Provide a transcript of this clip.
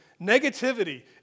negativity